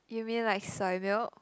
you mean like soy milk